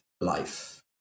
life